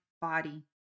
body